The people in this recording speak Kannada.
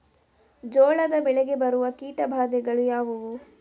ಜೋಳದ ಬೆಳೆಗೆ ಬರುವ ಕೀಟಬಾಧೆಗಳು ಯಾವುವು?